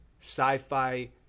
sci-fi